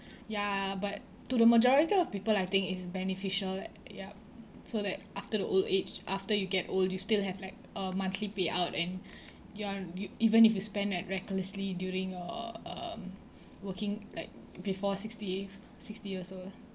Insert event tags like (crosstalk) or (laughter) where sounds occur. ya but to the majority of people I think it's beneficial like yup so that after the old age after you get old you still have like a monthly payout and (breath) you are you even if you spend uh recklessly during uh um working like before sixty sixty years old